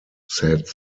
said